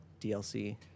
dlc